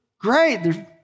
great